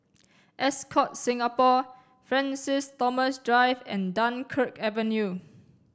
Ascott Singapore Francis Thomas Drive and Dunkirk Avenue